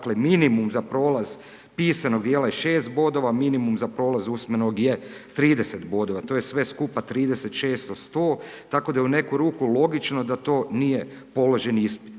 minimum za prolaz pisanog dijela je 6 bodova, minumum za prolaz usmenog je 30 bodova. To je sve skupa 36 od 100 tako da je u neku ruku logično da to nije položen ispit,